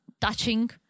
touching